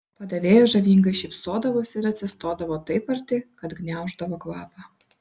padavėjos žavingai šypsodavosi ir atsistodavo taip arti kad gniauždavo kvapą